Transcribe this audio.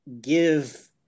give